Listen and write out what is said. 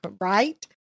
Right